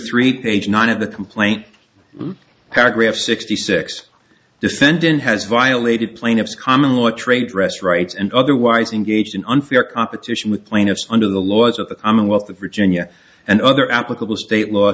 three page nine of the complaint paragraph sixty six defendant has violated plaintiff's common law trade dress rights and otherwise engaged in unfair competition with plaintiffs under the laws of the commonwealth of virginia and other applicable state law